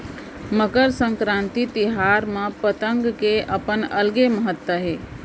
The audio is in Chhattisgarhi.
मकर संकरांति तिहार म पतंग के अपन अलगे महत्ता हे